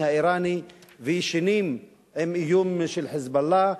האירני וישנים עם איום של "חיזבאללה",